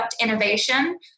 innovation